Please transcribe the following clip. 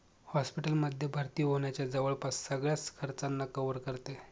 hospital मध्ये भर्ती होण्याच्या जवळपास सगळ्याच खर्चांना कव्हर करते